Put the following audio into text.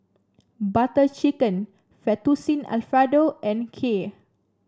Butter Chicken Fettuccine Alfredo and Kheer